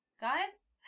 Guys